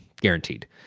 Guaranteed